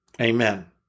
Amen